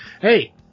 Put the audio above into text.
hey